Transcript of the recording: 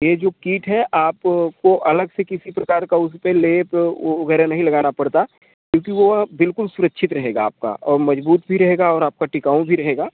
ये जो कीट है आप को अलग से किसी प्रकार का उस पर लेप ओ वगैरह नहीं लगाना पड़ता क्योंकि वो बिलकुल सुरक्षित रहेगा आपका और मजबूत भी रहेगा और आपका टिकाऊ भी रहेगा